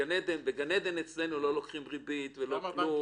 בגן עדן אצלנו לא לוקחים ריבית ולא כלום.